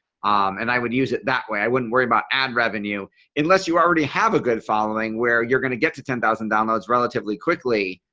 and i would use it that way. i wouldn't worry about ad revenue unless you already have a good following where you're going get to ten thousand downloads relatively quickly.